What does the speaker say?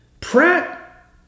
Pratt